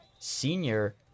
Senior